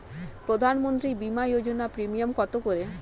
প্রধানমন্ত্রী বিমা যোজনা প্রিমিয়াম কত করে?